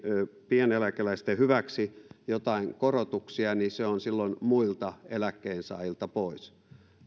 pieneläkeläisten hyväksi jotain korotuksia niin se on silloin muilta eläkkeensaajilta pois